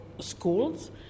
schools